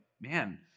man